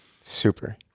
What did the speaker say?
Super